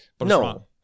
No